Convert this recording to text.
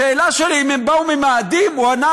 לשאלה שלי אם הם באו ממאדים הוא ענה,